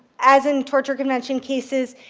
as in torture convention cases,